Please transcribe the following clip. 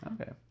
okay